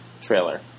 trailer